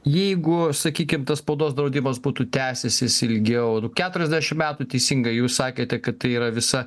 jeigu sakykim tas spaudos draudimas būtų tęsęsis ilgiau nu keturiasdešim metų teisingai jūs sakėte kad tai yra visa